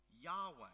Yahweh